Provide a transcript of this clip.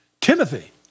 Timothy